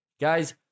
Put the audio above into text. Guys